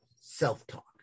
self-talk